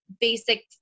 basic